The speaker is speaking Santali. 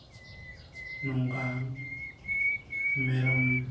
ᱱᱚᱝᱠᱟᱱ ᱢᱮᱨᱚᱢ